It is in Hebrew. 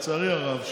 לצערי הרב,